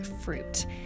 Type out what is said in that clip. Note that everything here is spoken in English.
fruit